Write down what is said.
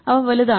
അവ വലുതാണ്